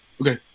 Okay